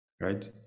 right